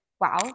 wow